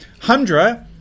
Hundra